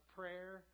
prayer